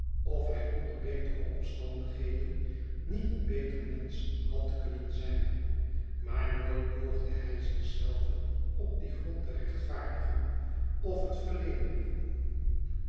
of hij onder betere omstandigheden niet een beter mensch had kunnen zijn maar nooit poogde hij zich zelven op dien grond te rechtvaardigen of het verledene